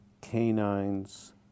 canines